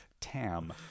Tam